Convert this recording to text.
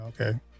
Okay